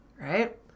right